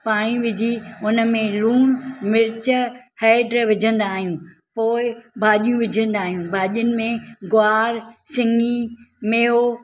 पाणी विझी हुनमें लूण मिर्च हैड्र विझंदा आहियूं पोइ भाॼियूं विझंदा आहियूं भाॼियुनि में गुआर सिंगी मेओ